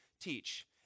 teach